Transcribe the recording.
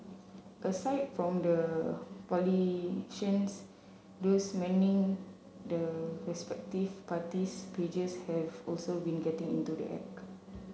aside from the politicians those manning the respective parties pages have also been getting into the act